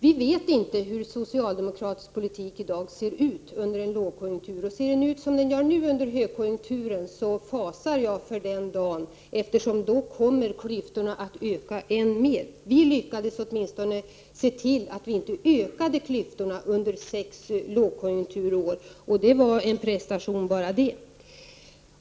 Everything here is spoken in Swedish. Vi vet inte hur socialdemokratisk politik av i dag ser ut under lågkonjunktur. Ser den ut som den gör nu, under högkonjunktur, fasar jag för när lågkonjunkturen kommer, för då kommer klyftorna att öka än mer. Vi lyckades åtminstone se till att vi inte ökade klyftorna under sex lågkonjunkturår. Det var en prestation bara det.